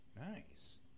Nice